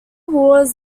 wars